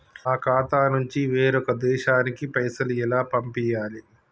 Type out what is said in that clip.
మా ఖాతా నుంచి వేరొక దేశానికి పైసలు ఎలా పంపియ్యాలి?